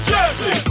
Jersey